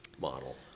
model